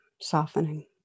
softening